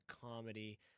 comedy